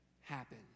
happen